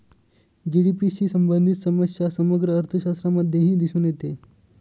GDP शी संबंधित समस्या समग्र अर्थशास्त्रामध्येही दिसून येते